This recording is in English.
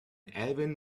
alvin